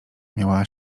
miała